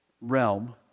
realm